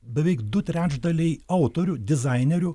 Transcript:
beveik du trečdaliai autorių dizainerių